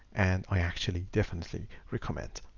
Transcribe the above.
and i actually definitely recommend.